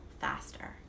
faster